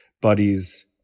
buddies